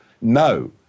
No